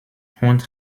hunt